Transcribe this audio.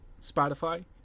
Spotify